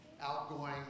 outgoing